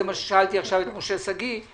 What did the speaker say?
זה מה ששאלתי עכשיו את משה שגיא,